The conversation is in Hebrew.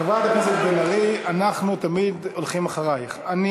לא חשבתי שאתה תעשה את זה.